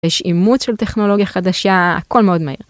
יש אימוץ של טכנולוגיה חדשה, הכל מאוד מהיר.